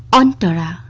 and